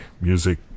Music